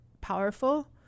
powerful